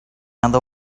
other